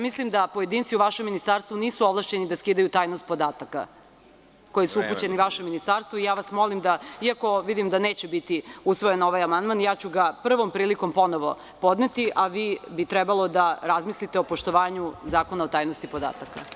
Mislim da pojedinci u vašem ministarstvu nisu ovlašćeni da skidaju tajnost podataka… (Predsedavajući: Vreme.) …koji su upućeni vašem ministarstvu i ja vas molim, iako vidim da neće biti usvojen ovaj amandman, ja ću ga prvom prilikom ponovo podneti, a vi bi trebalo da razmislite o poštovanju Zakona o tajnosti podataka.